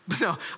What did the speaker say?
No